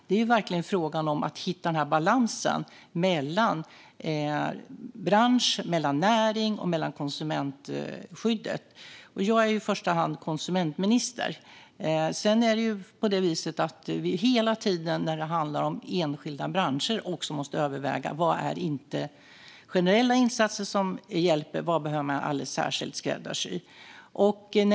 Det handlar om att hitta en balans mellan bransch, näring, och konsumentskyddet. Jag är i första hand konsumentminister. Med enskilda branscher måste man överväga vilka generella insatser som kan hjälpa och vad som behöver skräddarsys.